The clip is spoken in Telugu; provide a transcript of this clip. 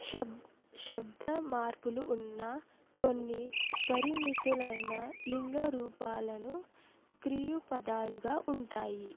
శబ్ శబ్ద మార్పులు ఉన్న కొన్ని పరిమితులైన లింగ రూపాలను క్రియపదాలుగా ఉంటాయి